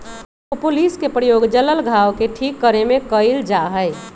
propolis के प्रयोग जल्ल घाव के ठीक करे में कइल जाहई